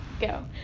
go